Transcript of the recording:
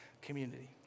community